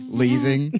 leaving